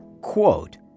quote